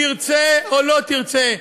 תרצה או לא תרצה,